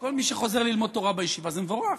כל מי שחוזר ללמוד תורה בישיבה זה מבורך.